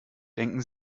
denken